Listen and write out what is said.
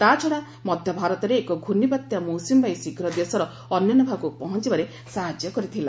ତା'ଛଡ଼ା ମଧ୍ୟ ଭାରତରେ ଏକ ଟ୍ରୁର୍ଷ୍ଣିବାତ୍ୟା ମୌସୁମୀ ବାୟୁ ଶୀଘ୍ର ଦେଶର ଅନ୍ୟାନ୍ୟ ଭାଗକୁ ପହଞ୍ଚବାରେ ସାହାଯ୍ୟ କରିଥିଲା